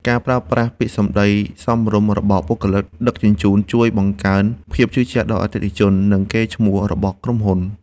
ការប្រើប្រាស់ពាក្យសម្ដីសមរម្យរបស់បុគ្គលិកដឹកជញ្ជូនជួយបង្កើនភាពជឿជាក់ដល់អតិថិជន និងកេរ្តិ៍ឈ្មោះរបស់ក្រុមហ៊ុន។